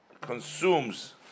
consumes